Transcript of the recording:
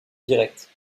directe